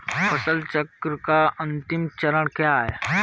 फसल चक्र का अंतिम चरण क्या है?